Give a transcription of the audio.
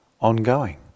ongoing